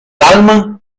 alma